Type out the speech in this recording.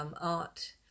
art